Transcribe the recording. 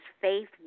faith